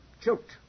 Choked